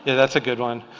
and that's a good one.